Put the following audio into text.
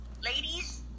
Ladies